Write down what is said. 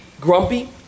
grumpy